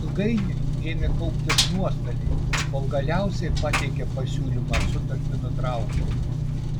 ilgainiui ėmė kauptis nuostoliai kol galiausiai pateikė pasiūlymą sutartį nutraukti